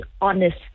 honest